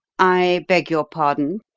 i beg your pardon,